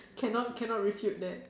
cannot cannot refute then